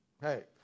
hey